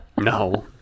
No